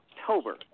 October